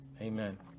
Amen